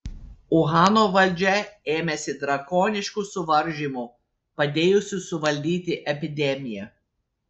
uhano valdžia ėmėsi drakoniškų suvaržymų padėjusių suvaldyti epidemiją